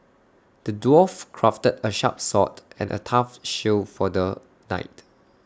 the dwarf crafted A sharp sword and A tough shield for the knight